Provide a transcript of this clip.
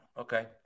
Okay